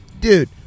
dude